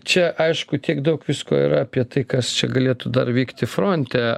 čia aišku tiek daug visko yra apie tai kas čia galėtų dar vykti fronte